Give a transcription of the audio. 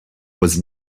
was